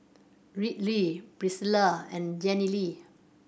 Riley Priscila and Jenilee